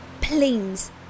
planes